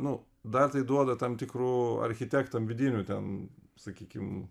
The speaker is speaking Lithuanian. nu dar tai duoda tam tikrų architektam vidinių ten sakykim